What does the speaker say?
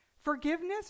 Forgiveness